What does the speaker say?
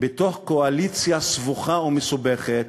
בתוך קואליציה סבוכה ומסובכת,